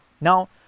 Now